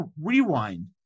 rewind